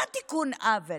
מה תיקון עוול?